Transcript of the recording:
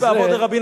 מגדולי